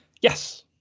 Yes